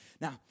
Now